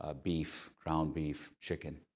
ah beef, ground beef, chicken.